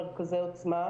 מרכזי עוצמה,